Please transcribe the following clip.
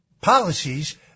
policies